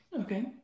Okay